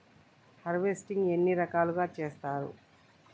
Harvesting ఎన్ని రకాలుగా చేస్తరు?